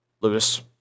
Lewis